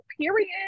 period